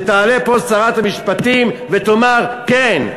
שתעלה פה שרת המשפטים ותאמר: כן.